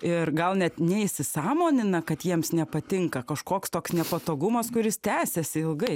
ir gal net neįsisąmonina kad jiems nepatinka kažkoks toks nepatogumas kuris tęsiasi ilgai